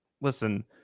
listen